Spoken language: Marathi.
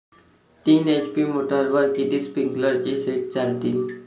तीन एच.पी मोटरवर किती स्प्रिंकलरचे सेट चालतीन?